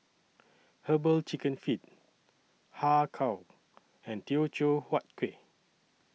Herbal Chicken Feet Har Kow and Teochew Huat Kueh